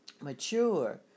mature